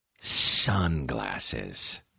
sunglasses